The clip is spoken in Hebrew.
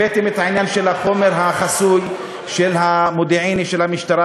הבאתם את העניין של החומר החסוי של המודיעין של המשטרה,